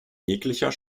jeglicher